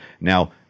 Now